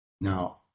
Now